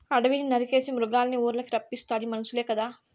అడివిని నరికేసి మృగాల్నిఊర్లకి రప్పిస్తాది మనుసులే కదా